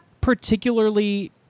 particularly